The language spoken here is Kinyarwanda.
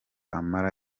amara